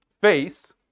face